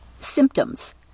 Symptoms